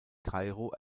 kairo